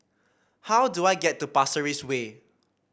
how do I get to Pasir Ris Way